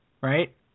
right